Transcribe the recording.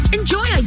enjoy